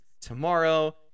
tomorrow